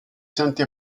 santi